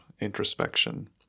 introspection